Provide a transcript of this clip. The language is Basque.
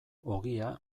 ogia